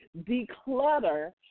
declutter